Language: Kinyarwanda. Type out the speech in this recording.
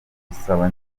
badusaba